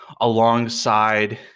alongside